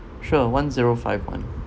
sure one zero five one